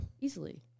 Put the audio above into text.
easily